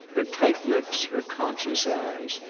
her tight lips, her conscious eyes.